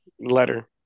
letter